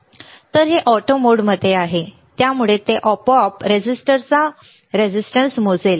तर हे ऑटो मोडमध्ये आहे त्यामुळे ते आपोआप रेझिस्टरचा प्रतिकार मोजेल ठीक आहे